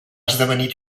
esdevenir